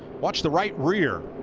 watch the right rear.